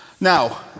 Now